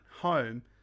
home